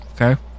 okay